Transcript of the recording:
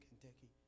Kentucky